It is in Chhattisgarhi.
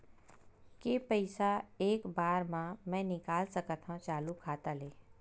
के पईसा एक बार मा मैं निकाल सकथव चालू खाता ले?